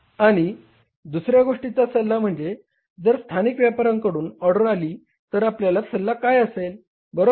आणि दुसऱ्या गोष्टीचा सल्ला म्हणजे जर स्थानिक व्यापाऱ्यांकडून ऑर्डर आली तर आपला सल्ला काय असेल बरोबर